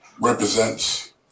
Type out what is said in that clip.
represents